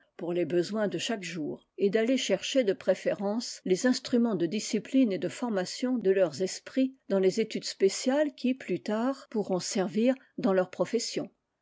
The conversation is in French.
pour les besoins de chaque jour et d'aller chercher de préférence les instruments de discipline et de formation de leurs esprits dans les études spéciales qui plus tard pourront n dans leur profession